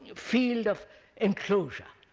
field of enclosure.